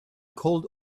called